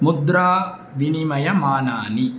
मुद्राविनिमयमानानि